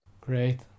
Great